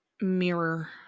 Mirror